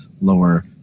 lower –